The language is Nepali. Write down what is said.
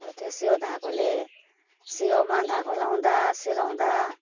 अब त्यो सियो धागोले सियोमा धागो लगाउँदा सिलाउँदा